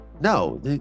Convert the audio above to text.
No